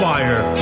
Fire